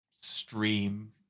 stream